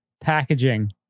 packaging